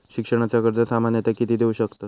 शिक्षणाचा कर्ज सामन्यता किती देऊ शकतत?